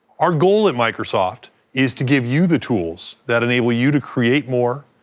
our goal at microsoft is to give you the tools that enable you to create more,